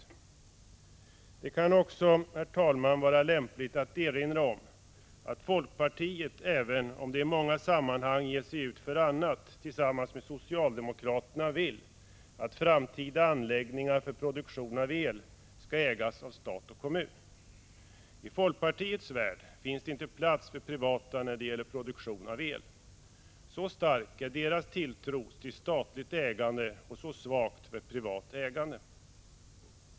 Herr talman! Det kan också vara lämpligt att erinra om att folkpartiet — även om det i många sammanhang påstår annat — tillsammans med socialdemokraterna vill att framtida anläggningar för produktion av el skall ägas av stat och kommun. I folkpartiets värld finns det inte plats för privata intressen när det gäller produktion av el. Så stark är folkpartiets tilltro till 43 statligt ägande och så svag till privat ägande.